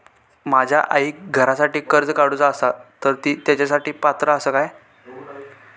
माझ्या आईक घरासाठी कर्ज काढूचा असा तर ती तेच्यासाठी पात्र असात काय?